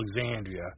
Alexandria